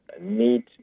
need